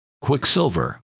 Quicksilver